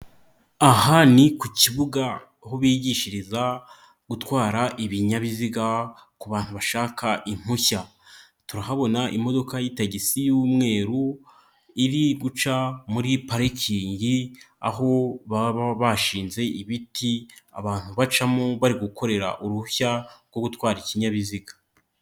Aha ni ku kibuga aho bigishiriza gutwara ibinyabiziga ku bantu bashaka impushya, turahabona imodoka y'itagisi y'umweru iri guca muri parikingi, aho baba bashinze ibiti abantu bacamo bari gukorera uruhushya rwo gutwara ikinyabiziga.